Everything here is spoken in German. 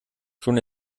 schon